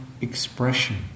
expression